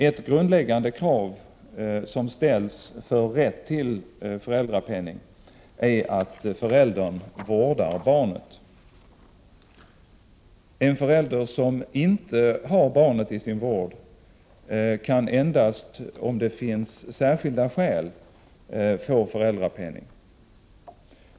Ett grundläggande krav som ställs för rätt till föräldrapenning är att föräldern vårdar barnet. En förälder som inte har barnet i sin vård kan endast om det finns särskilda skäl få föräldrapenning.